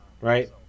right